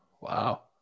Wow